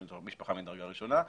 משפחה מדרגה ראשונה,